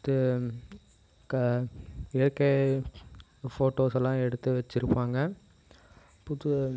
அடுத்து க இயற்கை ஃபோட்டோஸெல்லாம் எடுத்து வச்சுருப்பாங்க புது